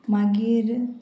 मागीर